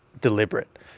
deliberate